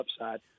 upside